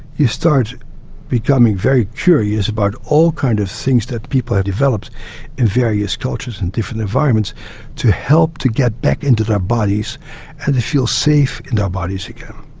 you start becoming very curious about all kind of things that people have developed in various cultures and different environments to help to get back into their bodies and feel safe in their bodies again.